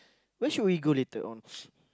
where should we go later on